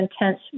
intense